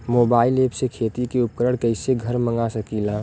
Mobile ऐपसे खेती के उपकरण कइसे घर मगा सकीला?